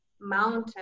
mountain